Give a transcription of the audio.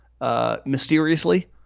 mysteriously